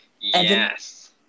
yes